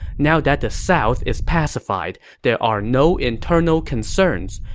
now that the south is pacified, there are no internal concerns.